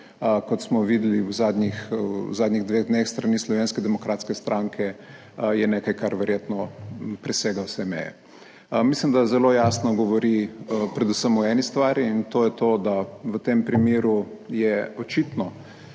kot smo videli v zadnjih dveh dneh s strani Slovenske demokratske stranke, je nekaj, kar verjetno presega vse meje. Mislim, da zelo jasno govori predvsem o eni stvari, in to je to, da v tem primeru je očitno